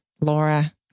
Laura